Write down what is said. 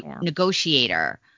negotiator